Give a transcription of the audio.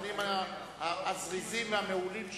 מהסדרנים הזריזים והמעולים שלנו,